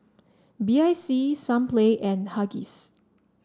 B I C Sunplay and Huggies